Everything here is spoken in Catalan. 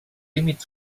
límit